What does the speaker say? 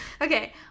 Okay